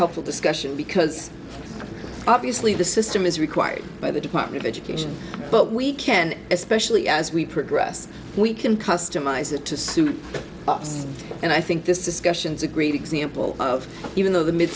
helpful discussion because obviously the system is required by the department of education but we can especially as we progress we can customize it to suit and i think this discussion is a great example of even though the mid